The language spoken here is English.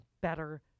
better